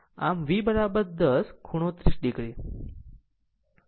આમ V 10 ખૂણો 30 o